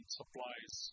supplies